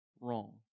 wrong